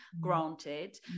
granted